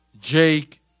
Jake